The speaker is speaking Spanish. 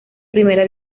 primera